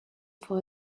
for